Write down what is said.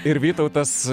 ir vytautas